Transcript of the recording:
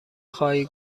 خواهی